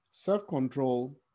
Self-control